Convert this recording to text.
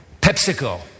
PepsiCo